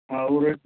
ਹਾਂ ਉਰੇ